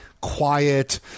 Quiet